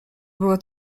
było